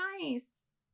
nice